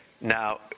now